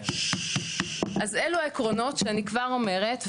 אז אלו העקרונות שאני כבר אומרת,